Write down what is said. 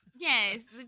Yes